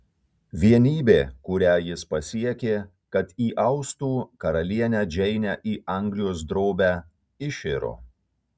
vienybė kurią jis pasiekė kad įaustų karalienę džeinę į anglijos drobę iširo